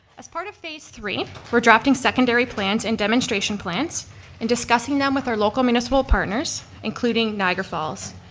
as part of phase three we're drafting secondary plans and demonstration plans and discussing them with our local municipal partners including niagara falls.